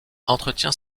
entretient